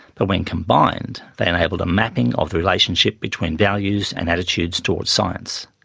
but when combined they enabled a mapping of the relationship between values and attitudes towards science.